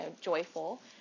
joyful